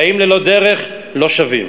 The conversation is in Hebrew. חיים ללא דרך לא שווים.